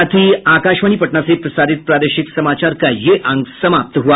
इसके साथ ही आकाशवाणी पटना से प्रसारित प्रादेशिक समाचार का ये अंक समाप्त हुआ